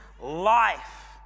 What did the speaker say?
life